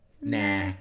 Nah